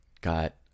got